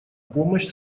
помощь